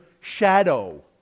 shadow